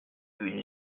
une